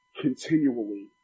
continually